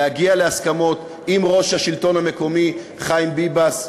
להגיע להסכמות עם יו"ר מרכז השלטון המקומי חיים ביבס,